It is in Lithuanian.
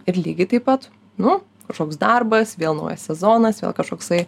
ir lygiai taip pat nu kažkoks darbas vėl naujas sezonas vėl kažkoksai